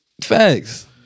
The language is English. Facts